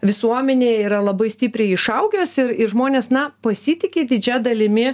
visuomenėj yra labai stipriai išaugęs ir ir žmonės na pasitiki didžia dalimi